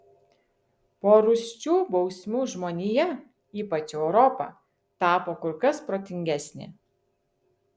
po rūsčių bausmių žmonija ypač europa tapo kur kas protingesnė